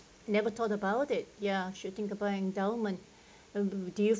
never thought about it ya should think about endowment do you